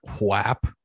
whap